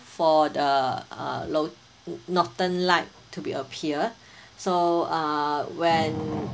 for the uh low northern light to be appear so uh when